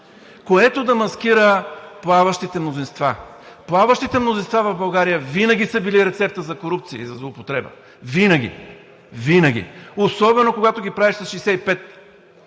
което да маскира плаващите мнозинства. Плаващите мнозинства в България винаги са били рецепта за корупция и за злоупотреба, винаги, винаги. Особено когато ги правиш с 65